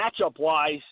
matchup-wise